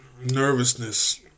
nervousness